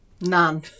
None